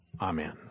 Amen